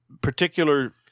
particular